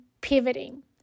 pivoting